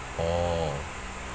orh